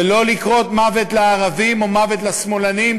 ולא לקרוא "מוות לערבים" או "מוות לשמאלנים",